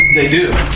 they do,